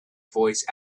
voice